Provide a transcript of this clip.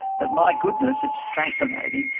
but my goodness it's fascinating,